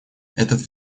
этот